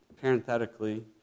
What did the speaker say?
Parenthetically